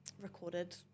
recorded